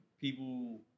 people